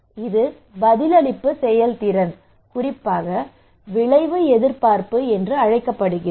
இது பதிலளிப்பு செயல்திறன் குறிப்பாக விளைவு எதிர்பார்ப்பு என்று அழைக்கப்படுகிறது